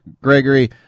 Gregory